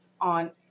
on